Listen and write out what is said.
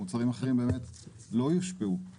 ומוצרים אחרים לא יושפעו.